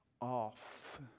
off